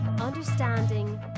understanding